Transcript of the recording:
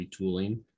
retooling